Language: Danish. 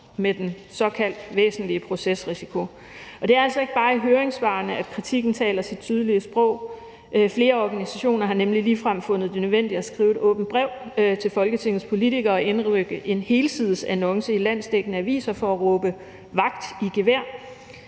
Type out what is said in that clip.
med den såkaldt væsentlige procesrisiko. Og det er altså ikke bare i høringssvarene, at kritikken taler sit tydelige sprog. Flere organisationer har nemlig ligefrem fundet det nødvendigt at skrive et åbent brev til Folketingets politikere og har indrykket en helsidesannonce i landsdækkende aviser for at råbe vagt i gevær.